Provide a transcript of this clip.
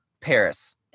paris